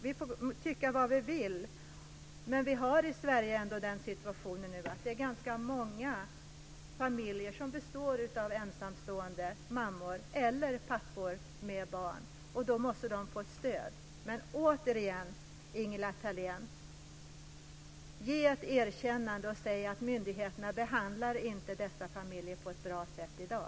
Vi får tycka vad vi vill, men i Sverige har vi ändå en situation nu där ganska många familjer består av ensamstående mammor eller pappor med barn. De måste få ett stöd. Jag uppmanar återigen Ingela Thalén att ge ett erkännande och säga att myndigheterna inte behandlar dessa familjer på ett bra sätt i dag.